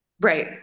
Right